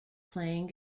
playing